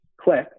click